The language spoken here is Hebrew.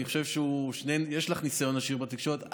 אני חושב שיש לך ניסיון עשיר בתקשורת,